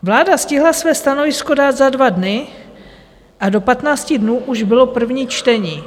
Vláda stihla své stanovisko dát za dva dny a do 15 dnů už bylo první čtení.